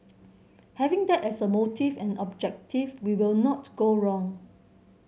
having that as a motive and objective we will not go wrong